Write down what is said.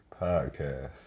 podcast